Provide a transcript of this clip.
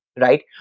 right